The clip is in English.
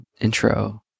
intro